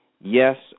Yes